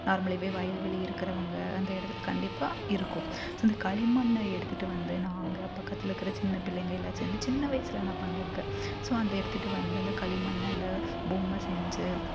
நார்மல்லாகவே வயல்வெளி இருக்குறவங்க அந்த இடத்துல கண்டிப்பாக இருக்கும் ஸோ இந்த களிமண்ணை எடுத்துகிட்டு வந்து நான் அங்கே பக்கத்தில் இருக்கிற சின்ன பிள்ளைங்கள் எல்லாம் சேர்ந்து சின்ன வயதில் நான் பண்ணிருக்கேன் ஸோ அந்த எடுத்துகிட்டு வந்து அந்த களிமண்ணில் பொம்மை செஞ்சு